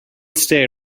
stay